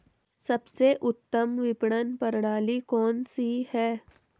सबसे उत्तम विपणन प्रणाली कौन सी है?